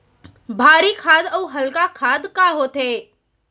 भारी खाद अऊ हल्का खाद का होथे?